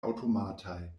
aŭtomataj